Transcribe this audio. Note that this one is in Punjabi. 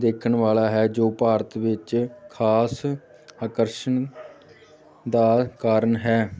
ਦੇਖਣ ਵਾਲਾ ਹੈ ਜੋ ਭਾਰਤ ਵਿੱਚ ਖਾਸ ਆਕਰਸ਼ਣ ਦਾ ਕਾਰਨ ਹੈ